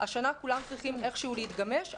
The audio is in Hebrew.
השנה כולם צריכים איכשהו להתגמש,